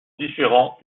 différents